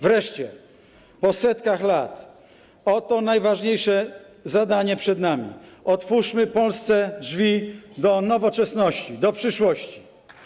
Wreszcie po setkach lat oto najważniejsze zadanie przed nami: otwórzmy Polsce drzwi do nowoczesności, do przyszłości.